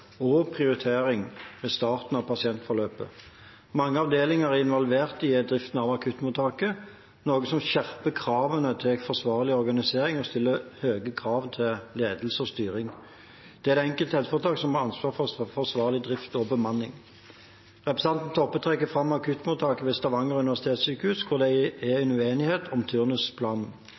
og prioritering ved starten av pasientforløpet. Mange avdelinger er involvert i driften av akuttmottaket – noe som skjerper kravene til forsvarlig organisering og stiller høye krav til ledelse og styring. Det er det enkelte helseforetaket som har ansvar for forsvarlig drift og bemanning. Representanten Toppe trekker fram akuttmottaket ved Stavanger universitetssjukehus, hvor det er uenighet om turnusplanen.